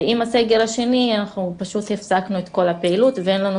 ועם הסגר השני אנחנו פשוט הפסקנו את כל הפעילות ואין לנו